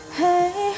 hey